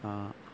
ആ